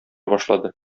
башлады